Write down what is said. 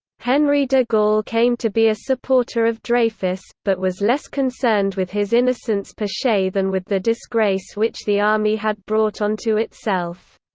henri de gaulle came to be a supporter of dreyfus, but was less concerned with his innocence per se than with the disgrace which the army had brought onto itself.